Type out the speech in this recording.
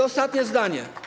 Ostatnie zdanie.